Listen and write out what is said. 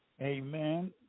Amen